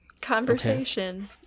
conversation